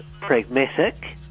pragmatic